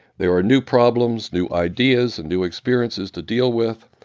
there are new problems, new ideas and new experiences to deal with.